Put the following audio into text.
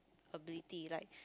ability like